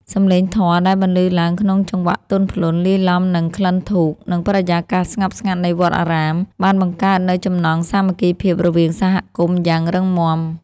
សម្លេងធម៌ដែលបន្លឺឡើងក្នុងចង្វាក់ទន់ភ្លន់ លាយឡំនឹងក្លិនធូប និងបរិយាកាសស្ងប់ស្ងាត់នៃវត្តអារាម បានបង្កើតនូវចំណងសាមគ្គីភាពរវាងសហគមន៍យ៉ាងរឹងមាំ។